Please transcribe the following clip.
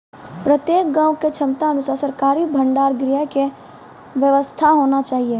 प्रत्येक गाँव के क्षमता अनुसार सरकारी भंडार गृह के व्यवस्था होना चाहिए?